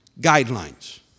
guidelines